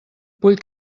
vull